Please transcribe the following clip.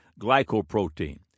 glycoprotein